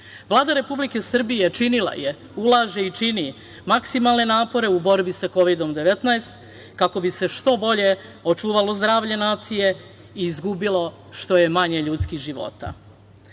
Vlada Republike Srbije činila je, ulaže i čini maksimalne napore u borbi sa Kovidom-19, kako bi se što bolje očuvalo zdravlje nacije i izgubilo što manje ljudskih života.U